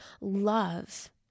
love